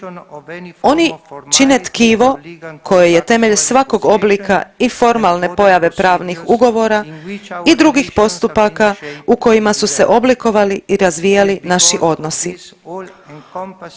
Oni čine tkivo koje je temelj svakog oblika i formalne pojave pravnih ugovora i drugih postupaka u kojima su se oblikovali i razvijali naši odnosi.